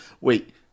wait